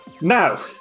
Now